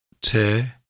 tear